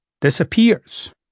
disappears